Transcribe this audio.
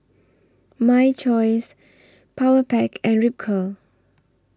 My Choice Powerpac and Ripcurl